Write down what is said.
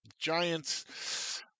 Giants